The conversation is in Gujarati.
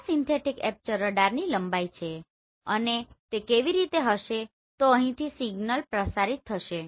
આ સિન્થેટીક એપર્ચર રડારની લંબાઈ છે અને તે કેવી રીતે હશે તો અહીંથી સિગ્નલ પ્રસારિત થશે